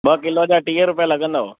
ॿ किलो जा टीह रुपिया लॻंदव